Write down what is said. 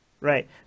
right